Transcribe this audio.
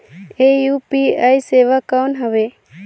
ये यू.पी.आई सेवा कौन हवे?